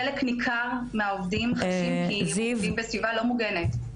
חלק ניכר מהעובדים חשים כי הם עובדים בסביבה לא מוגנת.